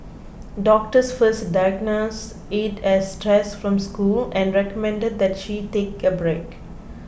doctors first diagnosed it as stress from school and recommended that she take a break